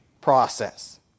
process